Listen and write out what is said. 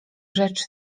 rzecz